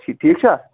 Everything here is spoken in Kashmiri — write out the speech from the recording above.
ٹھِی ٹھیٖک چھا